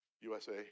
USA